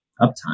uptime